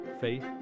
faith